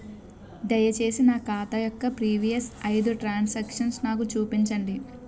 దయచేసి నా ఖాతా యొక్క ప్రీవియస్ ఐదు ట్రాన్ సాంక్షన్ నాకు చూపండి